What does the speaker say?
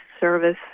service